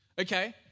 Okay